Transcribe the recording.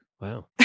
Wow